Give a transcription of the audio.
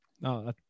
No